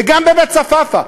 וגם בבית-צפאפא,